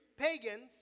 pagans